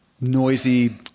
noisy